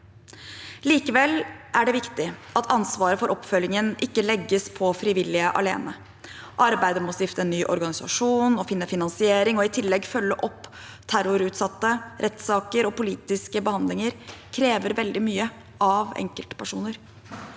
Likevel er det viktig at ansvaret for oppfølgingen ikke legges på frivillige alene. Arbeidet med å stifte en ny organisasjon, finne finansiering og i tillegg følge opp terrorutsatte, rettssaker og politiske behandlinger krever veldig mye av enkeltpersoner.